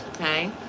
okay